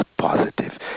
positive